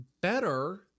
better